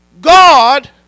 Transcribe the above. God